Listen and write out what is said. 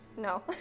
no